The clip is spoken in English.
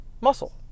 muscle